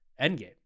endgame